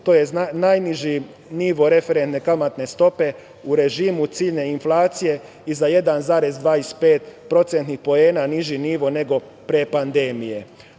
To je najniži nivo referentne kamatne stope u režimu ciljne inflacije i za 1,25 procentnih poena niži nivo nego pre pandemije.